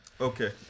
Okay